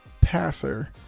passer